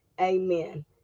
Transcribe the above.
Amen